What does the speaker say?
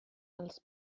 els